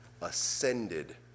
ascended